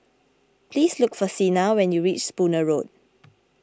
please look for Sina when you reach Spooner Road